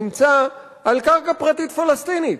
נמצא על קרקע פרטית פלסטינית,